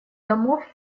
домов